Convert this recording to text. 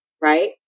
right